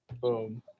Boom